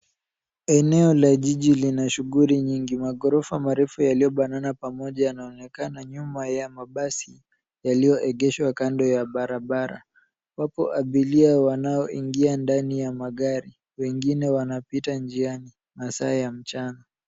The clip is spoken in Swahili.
Eneo la jiji lina shughuli nyingi. Maghorofa marefu yaliyobana pamoja yanaonekana nyuma ya mabasi yaliyoegeshwa kando ya barabara. Wapo abiria wanao ingia ndani ya magari, wengine wanapita njiani, masaa ya mchana.